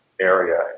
area